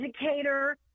educator